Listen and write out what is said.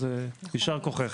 ישר כוחך.